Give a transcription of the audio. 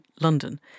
London